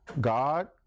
God